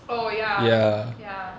oh ya ya